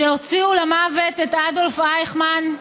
שהוציאו למוות את אדולף אייכמן,